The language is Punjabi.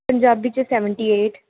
ਪੰਜਾਬੀ 'ਚ ਸੈਵਨਟੀ ਏਟ